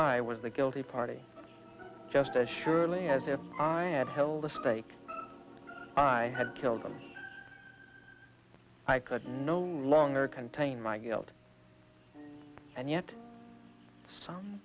five i was the guilty party just as surely as if i had held a stake i had killed them i could no longer contain my guilt and yet some